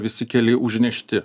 visi keliai užnešti